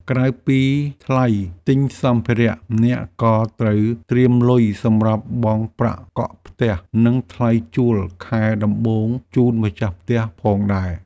ក្រៅពីថ្លៃទិញសម្ភារៈអ្នកក៏ត្រូវត្រៀមលុយសម្រាប់បង់ប្រាក់កក់ផ្ទះនិងថ្លៃជួលខែដំបូងជូនម្ចាស់ផ្ទះផងដែរ។